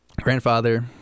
grandfather